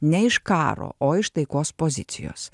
ne iš karo o iš taikos pozicijos